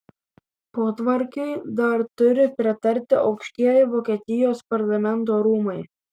potvarkiui dar turi pritarti aukštieji vokietijos parlamento rūmai